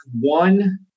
one